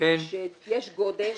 שיש גודש,